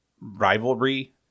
rivalry